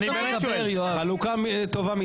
חלוקה טובה מדי.